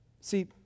See